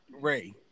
Ray